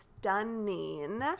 stunning